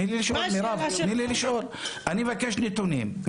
אני מבקש נתונים,